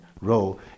role